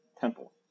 temple